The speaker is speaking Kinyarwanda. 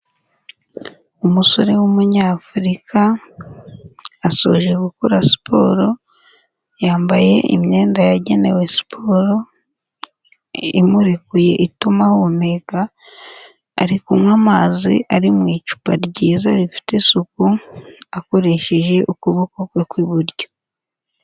Umusore w'umunyafurika asoje gukora siporo, yambaye imyenda yagenewe siporo imurekuye ituma ahumeka, ari kunywa amazi ari mu icupa ryiza rifite isuku, akoresheje ukuboko kwe kw'iburyo.